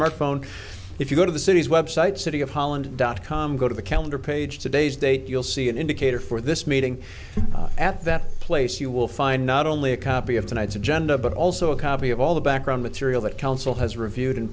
smartphone if you go to the cities website city of holland dot com go to the calendar page today's date you'll see an indicator for this meeting at that place you will find not only a copy of tonight's agenda but also a copy of all the background material that council has reviewed in